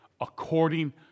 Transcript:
according